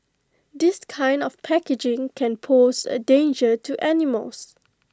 this kind of packaging can pose A danger to animals